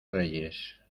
reyes